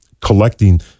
collecting